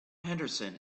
henderson